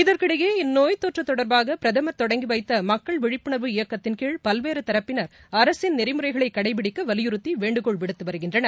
இதற்கிடையே இந்நோய் தொற்றுதொடர்பாக பிரதமர் தொடங்கிவைத்தமக்கள் விழிப்புணர்வு இயக்கத்தின்கீழ பல்வேறுதரப்பினர் அரசின் நெறிமுறைகளைகடைபிடிக்கவலியுறுத்திவேண்டுகோள்விடுத்துவருகின்றனர்